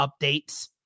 updates